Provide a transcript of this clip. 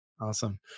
Awesome